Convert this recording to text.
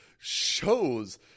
shows